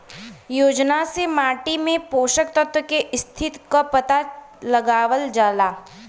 योजना से माटी में पोषक तत्व के स्थिति क पता लगावल जाला